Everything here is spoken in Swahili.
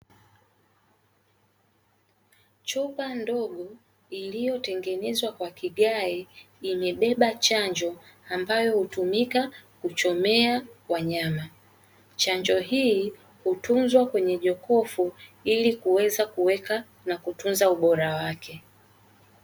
Chupa ndogo iliyotengenezwa kwa kigae imebeba chanjo ambayo hutumika kuchomea wanyama. Chanjo hii hutunzwa kwenye jokofu ili kuweza kuweka na kutunza ubora wake.